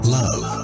love